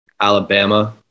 Alabama